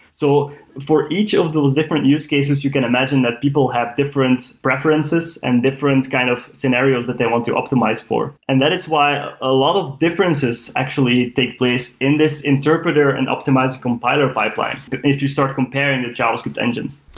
so for each of those different use cases, you can imagine that people have different preferences and different kind of scenarios that they want to optimize for. and that is why a lot of differences actually take place in this interpreter and optimized compiler compiler pipeline if you start comparing the javascript engines.